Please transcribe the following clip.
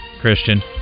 Christian